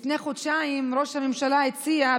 לפני חודשיים ראש הממשלה הציע,